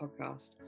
Podcast